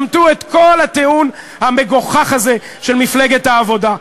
שמטו את כל הטיעון המגוחך הזה של מפלגת העבודה,